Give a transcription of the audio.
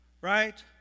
right